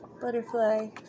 Butterfly